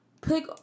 pick